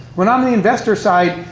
when i'm the investor side,